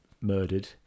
murdered